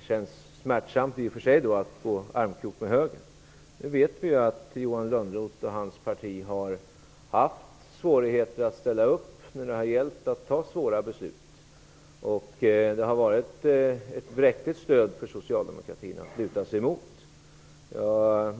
känns smärtsamt att gå i armkrok med högern. Vi vet ju att Johan Lönnroth och hans parti har haft svårigheter att ställa upp när det har gällt att fatta svåra beslut. Västerpartiet har varit ett bräckligt stöd för socialdemokratin att luta sig emot.